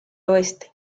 oeste